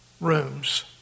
rooms